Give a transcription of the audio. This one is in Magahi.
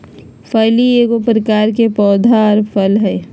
फली एगो प्रकार के पौधा आर फल हइ